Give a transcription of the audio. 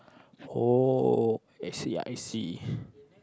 oh I see I see